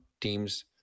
teams